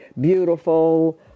beautiful